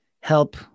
help